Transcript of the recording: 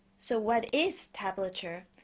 so what is tablature?